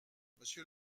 monsieur